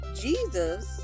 Jesus